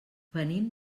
venim